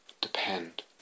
depend